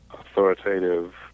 authoritative